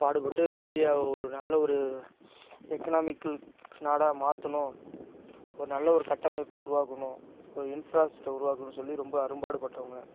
பாடுபட்டு இந்தியா ஒரு நல்ல ஒரு எக்கனாமிக்கல் நாடாக மாற்றணும் ஒரு நல்ல ஒரு கட்டமைப்பை உருவாக்கணும் ஒரு இன்ஃப்ராஸ்ட்க்ட் உருவாக்கணும் சொல்லி ரொம்ப அரும்பாடுபட்டவங்க